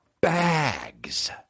bags